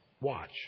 Watch